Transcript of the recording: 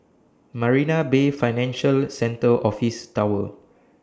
Marina Bay Financial Centre Office Tower